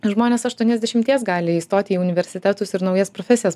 žmonės aštuoniasdešimties gali įstoti į universitetus ir naujas profesijas